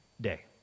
day